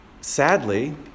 sadly